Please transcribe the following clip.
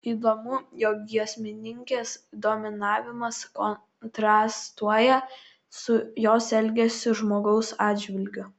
įdomu jog giesmininkės dominavimas kontrastuoja su jos elgesiu žmogaus atžvilgiu